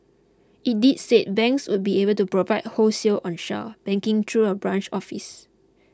it did say banks would be able to provide wholesale onshore banking through a branch office